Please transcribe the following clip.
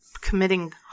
committing